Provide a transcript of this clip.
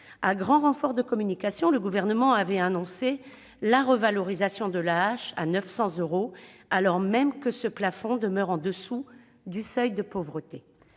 À grand renfort de communication, le Gouvernement avait annoncé la revalorisation de l'AAH à 900 euros, alors même que ce plafond demeure au-dessous du seuil de pauvreté.